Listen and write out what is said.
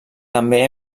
també